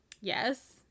Yes